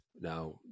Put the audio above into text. Now